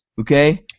Okay